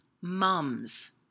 mums